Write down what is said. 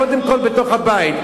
קודם כול בתוך הבית.